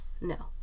No